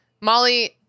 Molly